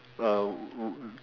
um